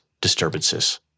disturbances